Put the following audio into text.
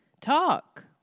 talk